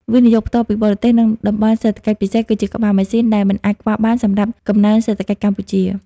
វិនិយោគផ្ទាល់ពីបរទេស និង តំបន់សេដ្ឋកិច្ចពិសេស គឺជាក្បាលម៉ាស៊ីនដែលមិនអាចខ្វះបានសម្រាប់កំណើនសេដ្ឋកិច្ចកម្ពុជា។